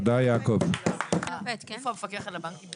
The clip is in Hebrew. אתה אומר בנוסף שתהיה אופציה כזאת.